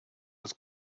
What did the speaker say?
els